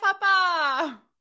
Papa